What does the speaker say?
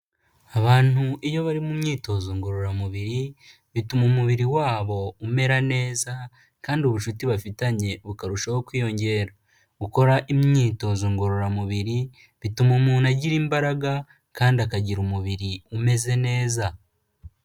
Abantu iyo bari mu myitozo ngororamubiri bituma umubiri wabo umera neza kandi ubucuti bafitanye bukarushaho kwiyongera, gukora imyitozo ngororamubiri, bituma umuntu agira imbaraga kandi akagira umubiri umeze neza.